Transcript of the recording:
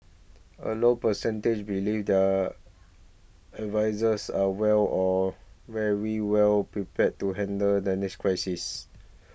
a low percentage believe their advisers are well or very well prepared to handle the next crisis